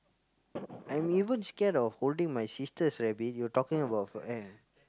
I'm even scared of holding my sister's rabbit you talking about